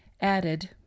added